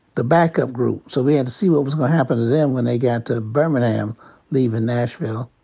the backup group. so we had to see what was gonna happen to them when they got to birmingham leaving nashville.